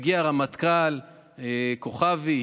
מגיע הרמטכ"ל כוכבי,